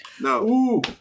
no